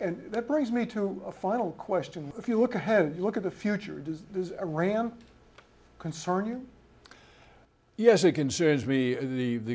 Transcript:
and that brings me to a final question if you look ahead and you look at the future does this iran concern you yes it concerns me the